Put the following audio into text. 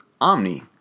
Omni